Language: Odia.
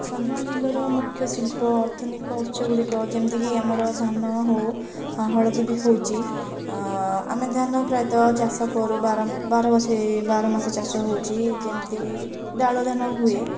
କନ୍ଧମାଳ ଜିଲ୍ଲାର ମୁଖ୍ୟ ଶିଳ୍ପ ଅର୍ଥନୀକ ଉତ୍ସଗୁଡ଼ିକ ଯେମିତିକି ଆମର ଧାନ ହେଉ ହଳଦୀ ବି ହେଉଛି ଆମେ ଧାନ ପ୍ରାୟତଃ ଚାଷ କରୁ ବାର ବାରମାସି ଚାଷ ହେଉଛି ଯେମିତିକି ଡାଳୁଅ ଧାନ ହୁଏ